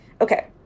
Okay